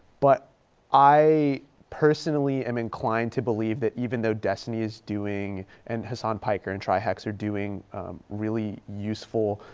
but i personally am inclined to believe that even though destiny's doing and hasan piker and trihex are doing really useful,